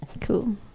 Cool